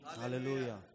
Hallelujah